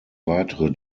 weitere